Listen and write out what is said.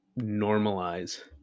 normalize